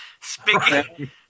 Speaking